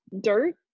dirt